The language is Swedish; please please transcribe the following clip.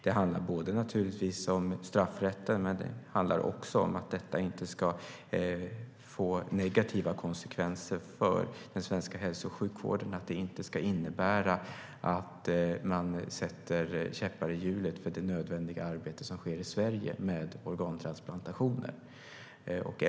Det handlar om straffrätten, men det handlar också om att det inte ska bli negativa konsekvenser för den svenska hälso och sjukvården, att det inte ska innebära att man sätter käppar i hjulet för det nödvändiga arbete med organtransplantationer som sker i Sverige.